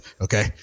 okay